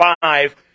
five